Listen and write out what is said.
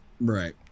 Right